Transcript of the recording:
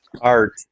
art